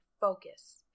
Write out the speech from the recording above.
focus